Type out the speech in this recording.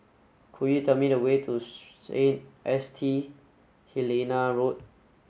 could you tell me the way to S T Helena Road